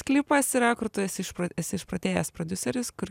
klipas yra kur tu esi išprotėjęs išprotėjęs prodiuseris kur